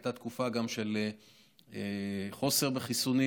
הייתה גם תקופה של מחסור בחיסונים,